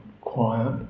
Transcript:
quiet